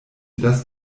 das